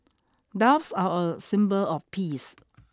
doves are a symbol of peace